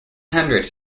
hundred